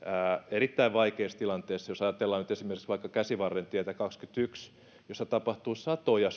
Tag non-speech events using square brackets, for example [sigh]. erittäin vaikeissa tilanteissa jos ajatellaan nyt esimerkiksi vaikka käsivarren tietä kaksikymmentäyksi missä tapahtuu satoja [unintelligible]